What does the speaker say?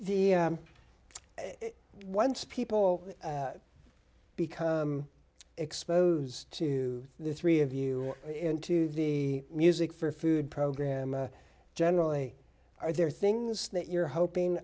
the once people become exposed to the three of you into the music for food program generally i there are things that you're hoping